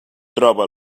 troba